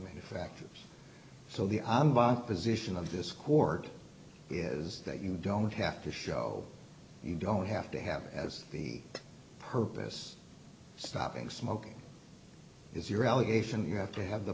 manufacturers so the on by position of this court is that you don't have to show you don't have to have as the purpose of stopping smoking is your allegation you have to have the